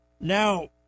Now